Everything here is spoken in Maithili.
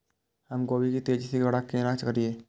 हम गोभी के तेजी से बड़ा केना करिए?